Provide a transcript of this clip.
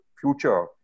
future